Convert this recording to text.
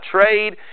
trade